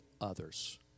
others